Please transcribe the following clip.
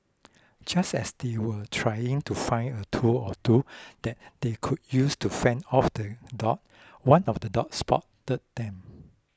just as they were trying to find a tool or two that they could use to fend off the dogs one of the dogs spotted them